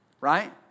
Right